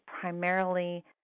primarily